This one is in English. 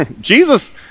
Jesus